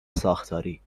ساختاری